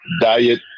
Diet